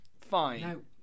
fine